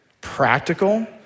practical